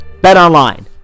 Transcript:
BetOnline